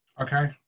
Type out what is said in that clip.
Okay